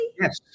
Yes